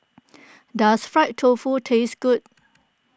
does Fried Tofu taste good